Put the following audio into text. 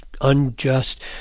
unjust